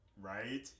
Right